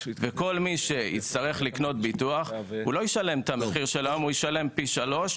וכל מי שיצטרך לקנות ביטוח לא ישלם את המחיר של היום אלא ישלם פי שלושה.